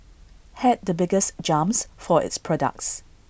had the biggest jumps for its products